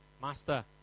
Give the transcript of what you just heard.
Master